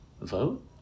Vote